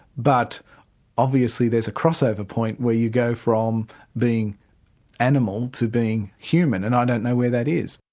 but obviously there's a crossover point where you go from being animal to being human and i don't know where that is.